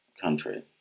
country